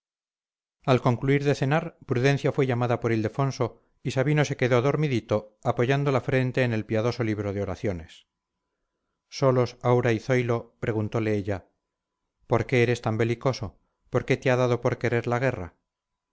al concluir de cenar prudencia fue llamada por ildefonso y sabino se quedó dormidito apoyando la frente en el piadoso libro de oraciones solos aura y zoilo preguntole ella por qué eres tan belicoso por qué te ha dado por querer la guerra